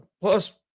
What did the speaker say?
Plus